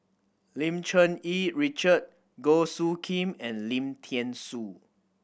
Lim Cherng Yih Richard Goh Soo Khim and Lim Thean Soo